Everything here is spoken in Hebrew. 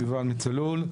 יובל מ-"צלול".